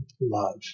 love